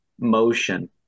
motion